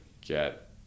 get